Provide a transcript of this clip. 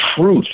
truth